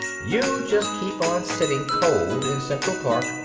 you just keep on sitting cold in central park,